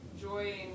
joy